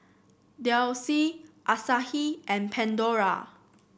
Delsey Asahi and Pandora